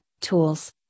tools